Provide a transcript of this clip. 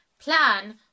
plan